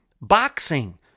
boxing